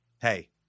Hey